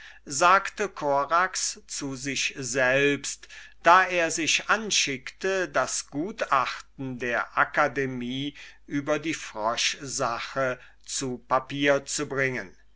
sagte korax zu sich selbst da er sich anschickte das gutachten der akademie über die froschsache zu papier zu bringen